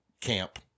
camp